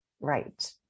Right